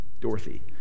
Dorothy